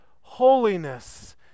holiness